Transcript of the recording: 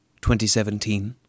2017